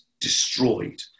destroyed